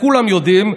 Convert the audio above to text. כולם יודעים,